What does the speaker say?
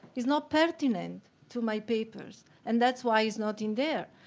it's not pertinent to my papers. and that's why it's not in there.